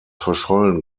verschollen